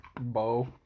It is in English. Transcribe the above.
bow